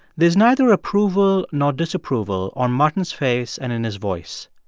there's neither approval nor disapproval on martin's face and in his voice.